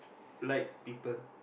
like people